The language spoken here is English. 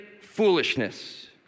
foolishness